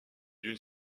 d’une